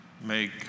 make